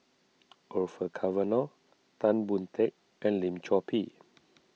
Orfeur Cavenagh Tan Boon Teik and Lim Chor Pee